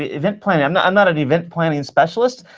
ah event planning. i'm not i'm not an event planning specialist,